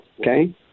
okay